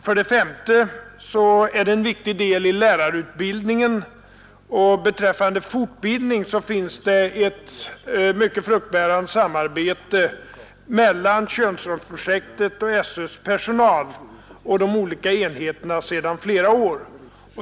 För det femte är det en viktig del i lärarutbildningen, och beträffande fortbildningen finns ett mycket fruktbärande samarbete mellan könsrollsprojektet och SÖ:s personal och de olika enheterna sedan flera år.